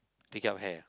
pick up hair